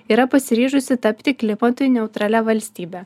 yra pasiryžusi tapti klimatui neutralia valstybe